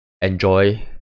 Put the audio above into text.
enjoy